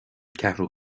ceathrú